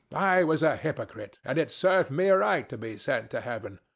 i was a hypocrite and it served me right to be sent to heaven.